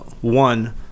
one